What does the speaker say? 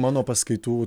mano paskaitų